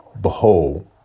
Behold